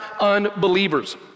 unbelievers